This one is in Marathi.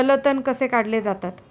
जलतण कसे काढले जातात?